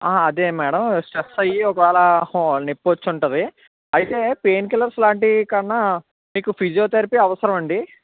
అదే madam slip అయ్యి ఒకవేళ నొప్పి వచ్చి ఉంటుంది అయితే పెయిన్కిల్లర్స్ లాంటివి కన్నా మీకు ఫిజియోథెరపీ అవసరం అండి